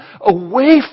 away